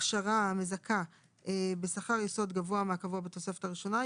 הכשרה המזכה בשכר יסוד גבוה מקבוע בתוספת הראשונה,